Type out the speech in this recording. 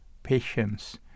patience